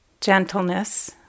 Gentleness